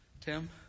Tim